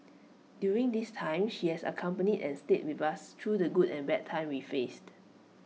during this time she has accompanied and stayed with us through the good and bad times we faced